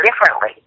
differently